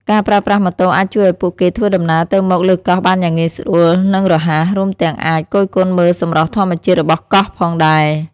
ការប្រើប្រាស់ម៉ូតូអាចជួយឱ្យពួកគេធ្វើដំណើរទៅមកលើកោះបានយ៉ាងងាយស្រួល និងរហ័ស រួមទាំងអាចគយគន់មើលសម្រស់ធម្មជាតិរបស់កោះផងដែរ។